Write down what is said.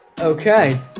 Okay